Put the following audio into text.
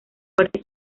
muerte